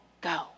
go